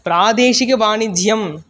प्रादेशिकवाणिज्यं